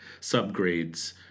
Subgrades